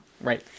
Right